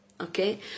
okay